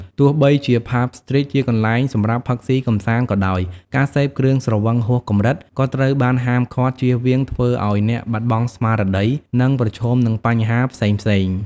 ទោះបីជា ផាប់ ស្ទ្រីត ជាកន្លែងសម្រាប់ផឹកស៊ីកម្សាន្តក៏ដោយ ការសេពគ្រឿងស្រវឹងហួសកម្រិតក៏ត្រូវបានហាមឃាត់ ចៀសវាងធ្វើឲ្យអ្នកបាត់បង់ស្មារតី និងប្រឈមនឹងបញ្ហាផ្សេងៗ។